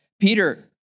Peter